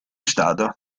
stato